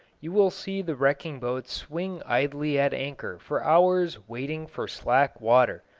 you will see the wrecking-boats swing idly at anchor for hours waiting for slack water,